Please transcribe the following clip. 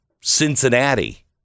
Cincinnati